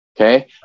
Okay